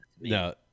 no